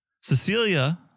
Cecilia